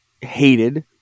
hated